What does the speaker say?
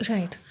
Right